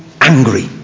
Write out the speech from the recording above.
angry